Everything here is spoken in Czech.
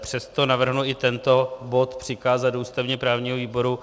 Přesto navrhnu i tento bod přikázat ústavněprávnímu výboru.